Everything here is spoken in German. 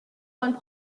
von